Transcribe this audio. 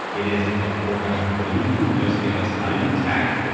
it is a foregone conclusion just give us time and tech.